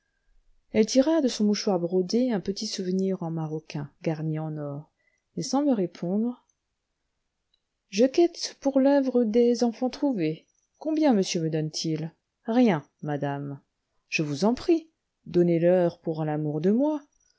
elle tira de son mouchoir brodé un petit souvenir en maroquin garni en or et sans me répondre je quête pour l'oeuvre des enfants trouvés combien monsieur me donne-t-il rien madame je vous en prie donnez-leur pour l'amour de moi